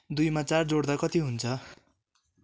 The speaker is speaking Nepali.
दुइमा चार जोड्दा कति हुन्छ